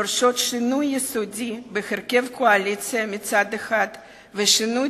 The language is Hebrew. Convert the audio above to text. דורשות שינוי יסודי בהרכב הקואליציה מצד אחד ושינוי